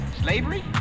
Slavery